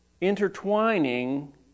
intertwining